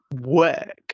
work